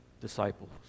disciples